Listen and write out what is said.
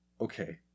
Okay